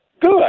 Good